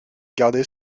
gardé